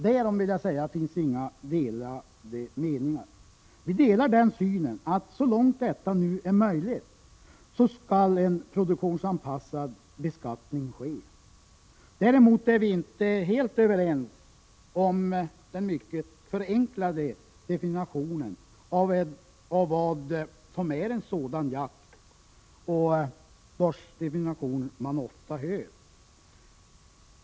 Därom finns inga delade meningar. Vi delar synen att så långt detta nu är möjligt skall en produktionsanpassad beskattning ske. Däremot är vi inte helt överens om den mycket förenklade definition av vad som är en sådan jakt som man så ofta hör.